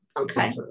okay